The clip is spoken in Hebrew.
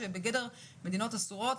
והן בגדר מדינות אסורות,